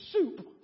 soup